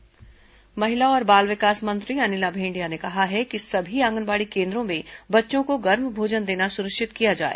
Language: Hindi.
भेंडिया समीक्षा महिला और बाल विकास मंत्री अनिला भेंडिया ने कहा है कि सभी आंगनबाड़ी केन्द्रों में बच्चों को गर्म भोजन देना सुनिश्चित किया जाए